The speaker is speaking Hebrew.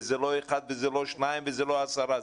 וזה לא אחד וזה לא שניים וזה לא עשרה,